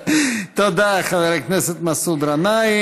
תודה, חבר הכנסת מסעוד גנאים.